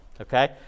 okay